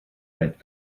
rent